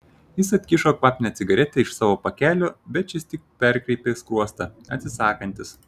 jis atkišo kvapnią cigaretę iš savo pakelio bet šis tik perkreipė skruostą atsisakantis